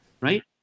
Right